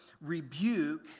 rebuke